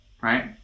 right